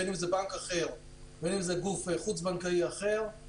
בין אם זה בנק אחר ובין אם זה גוף חוץ-בנקאי אחר,